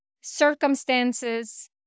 circumstances